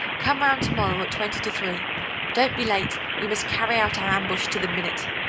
come round to-morrow at twenty to three don't be late, we must carry out our ambush to the minute.